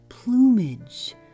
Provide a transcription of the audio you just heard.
Plumage